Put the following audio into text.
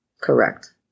Correct